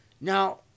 Now